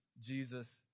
Jesus